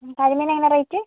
ഹ്മ് കരിമീൻ എങ്ങനെയാണ് റേറ്റ്